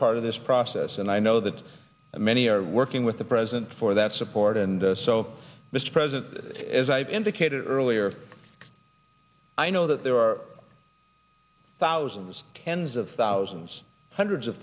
part of this process and i know that many are working with the president for that support and so mr president as i've indicated earlier i know that there are thousands tens of thousands hundreds of